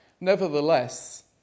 nevertheless